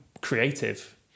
creative